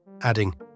adding